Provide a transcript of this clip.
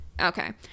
Okay